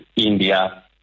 India